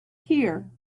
here